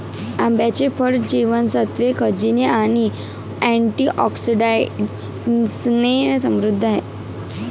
आंब्याचे फळ जीवनसत्त्वे, खनिजे आणि अँटिऑक्सिडंट्सने समृद्ध आहे